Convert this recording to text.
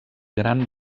gran